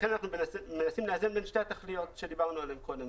לכן אנחנו מנסים לאזן בין שתי התכליות עליהן דיברנו קודם.